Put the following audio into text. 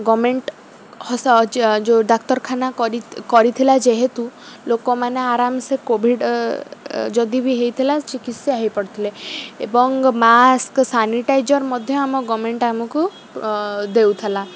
government ଯେଉଁ ଡାକ୍ତରଖାନା କରିଥିଲା ଯେହେତୁ ଲୋକମାନେ ଆରାମ ସେ କୋଭିଡ଼ ଯଦି ବି ହେଇଥିଲା ଚିକିତ୍ସା ହେଇପାରୁଥିଲେ ଏବଂ ମାସ୍କ ସାନିଟାଇଜର୍ ମଧ୍ୟ ଆମ ଗଭର୍ନମେଣ୍ଟ ଆମକୁ ଦେଉଥିଲା